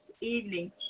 evening